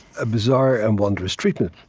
a bizarre and wondrous treatment.